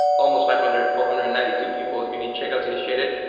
almost five hundred four hundred and ninety two people you need checkouts initiated.